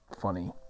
funny